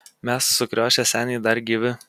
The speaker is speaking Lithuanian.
mes sukriošę seniai dar gyvi